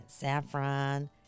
saffron